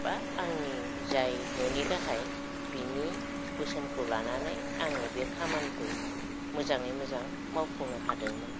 बा आंनि जाय न'नि गाहाइ बिनि बोसोनखौ लानानै आङो बे खामानिखौ मोजाङै मोजां मावफुंनो हादोंमोन